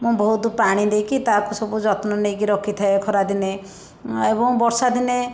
ମୁଁ ବହୁତ ପାଣି ଦେଇକି ତାହାକୁ ସବୁ ଯତ୍ନ ନେଇକି ରଖିଥାଏ ଖରା ଦିନେ ଏବଂ ବର୍ଷା ଦିନେ